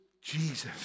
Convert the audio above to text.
Jesus